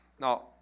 Now